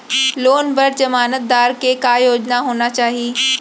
Loan बर जमानतदार के का योग्यता होना चाही?